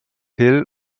hill